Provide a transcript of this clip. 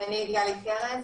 אני גלי קרן,